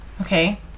Okay